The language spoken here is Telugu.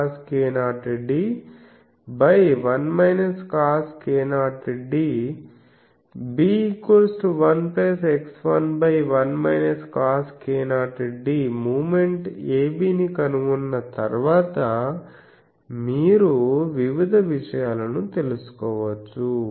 a 1x1cosk0db1x1 మూమెంట్ ab ని కనుగొన్న తర్వాత మీరు వివిధ విషయాలను తెలుసుకోవచ్చు